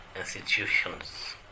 institutions